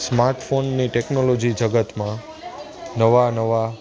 સ્માર્ટફોનની technology જગતમાં નવા નવા